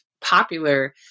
popular